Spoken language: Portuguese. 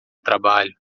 trabalho